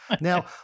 Now